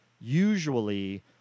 Usually